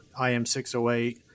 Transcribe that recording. IM608